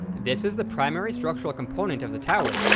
this is the primary structural component of the tower,